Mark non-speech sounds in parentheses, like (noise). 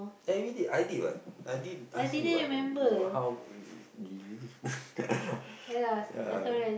everyday I did what I did ask you what I remember how (noise) (laughs) ya